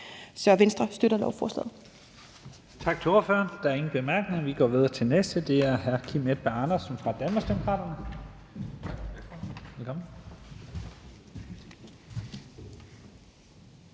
Så Venstre støtter lovforslaget.